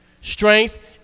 Strength